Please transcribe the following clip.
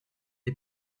est